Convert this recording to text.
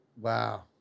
Wow